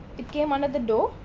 it came under the door.